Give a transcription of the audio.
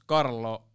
Karlo